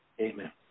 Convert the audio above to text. Amen